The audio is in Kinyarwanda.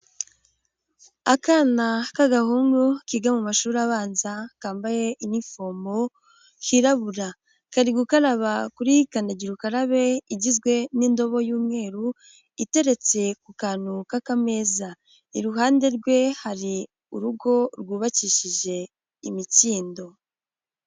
Akana k'agahungu kiga mu mashuri abanza, kambaye inifomo, kirabura. Kari gukaraba kuri kandagira ukarabe igizwe n'indobo y'umweru, iteretse ku kantu k'akameza. Iruhande rwe hari urugo rwubakishije imikindo.